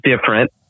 different